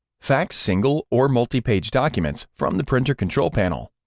fax single or multi-page documents from the printer control panel.